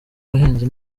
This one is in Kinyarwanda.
bahinzi